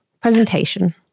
Presentation